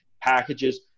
packages